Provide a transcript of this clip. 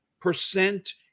percent